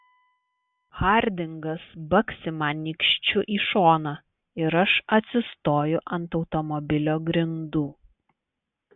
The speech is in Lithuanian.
hardingas baksi man nykščiu į šoną ir aš atsistoju ant automobilio grindų